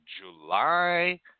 July